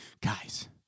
guys